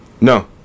No